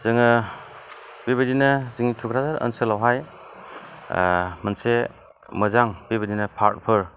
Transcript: जोङो बिबायदिनो जोंनि थुक्राझार ओनसोलावहाय मोनसे मोजां बिबायदिनो पार्कफोर